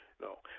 no